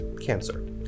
cancer